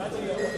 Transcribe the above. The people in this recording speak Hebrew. חד"ש